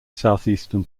southeastern